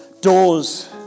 Doors